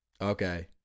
okay